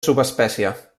subespècie